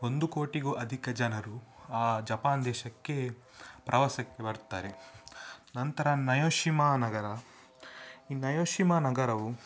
ಒಂದು ಕೋಟಿಗೂ ಅಧಿಕ ಜನರು ಆ ಜಪಾನ್ ದೇಶಕ್ಕೆ ಪ್ರವಾಸಕ್ಕೆ ಬರ್ತಾರೆ ನಂತರ ನಯೊಷಿಮಾ ನಗರ ಈ ನಯೊಶಿಮಾ ನಗರವು